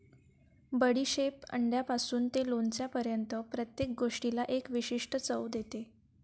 बडीशेप अंड्यापासून ते लोणच्यापर्यंत प्रत्येक गोष्टीला एक विशिष्ट चव देते